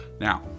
Now